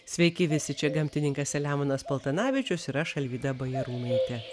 sveiki visi čia gamtininkas saliamonas paltanavičius ir aš alvyda bajarūnaitė